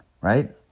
right